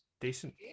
Decent